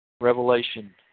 Revelation